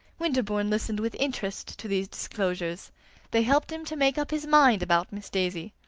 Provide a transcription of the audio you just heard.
winterbourne listened with interest to these disclosures they helped him to make up his mind about miss daisy.